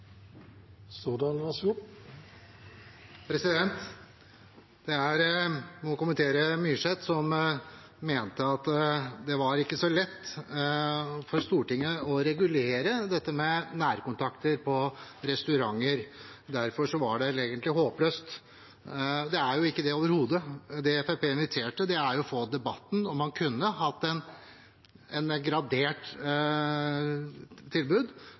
kommentere representanten Myrseth, som mente at det ikke var så lett for Stortinget å regulere nærkontakter på restauranter, og derfor var det egentlig håpløst. Det er ikke det overhodet. Det Fremskrittspartiet inviterte til, er å få debatten om hvorvidt man kunne hatt et gradert tilbud.